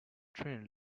train